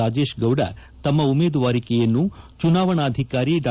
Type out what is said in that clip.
ರಾಜೇಶ್ ಗೌಡ ತಮ್ಮ ಉಮೇದುವಾರಿಕೆಯನ್ನು ಚುನಾವಣಾಧಿಕಾರಿ ಡಾ